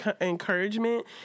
encouragement